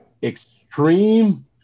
extreme